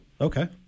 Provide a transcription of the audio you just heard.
Okay